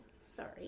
Sorry